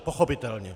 Pochopitelně.